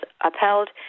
upheld